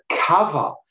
cover